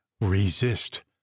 resist